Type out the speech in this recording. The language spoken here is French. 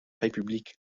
république